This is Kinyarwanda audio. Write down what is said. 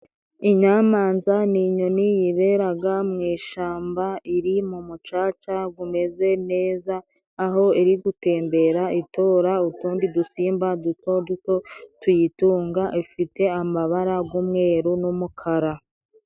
Inyamanza ni inyoni yiberaga mu ishamba， iri mu mucaca gumeze neza，aho iri gutembera itora utundi dusimba duto duto tuyitunga， ifite amabara g'umweru n'umukara.